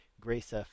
Grace